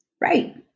Right